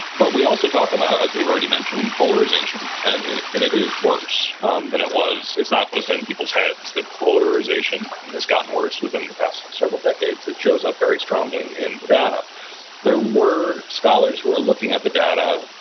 but we also talk about, as we've already mentioned, polarization, and it it is worse um than it was. it's not just in people's heads. the polarization has gotten worse within the past several decades. it shows up very strongly in the data there were scholars who are looking at the data,